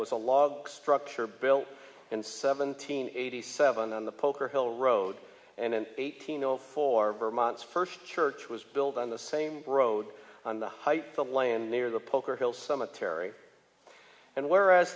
was a log structure built and seventeen eighty seven on the poker hill road and an eighteen yo for vermont's first church was built on the same road on the heights the land near the poker hill cemetery and whereas